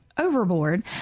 overboard